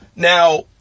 Now